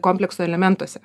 komplekso elementuose